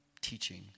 teaching